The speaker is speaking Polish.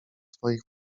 swoich